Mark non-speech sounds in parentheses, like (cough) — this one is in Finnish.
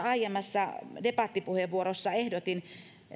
(unintelligible) aiemmassa debattipuheenvuorossani ehdotin